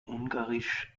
ungarisch